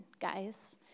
guys